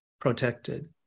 protected